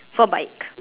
for bike